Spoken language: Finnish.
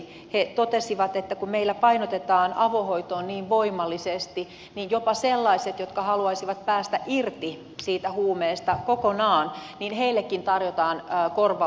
he totesivat että kun meillä painotetaan avohoitoon niin voimallisesti niin jopa sellaisille jotka haluaisivat päästä irti siitä huumeesta kokonaan tarjotaan korvaushoitoa